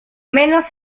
menos